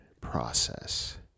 process